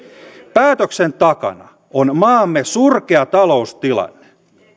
päätöksen takana on maamme surkea taloustilanne